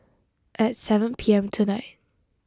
at seven P M tonight